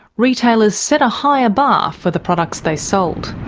retailers set a higher bar for the products they sold.